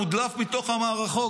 מודלף מתוך המערכות,